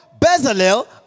Bezalel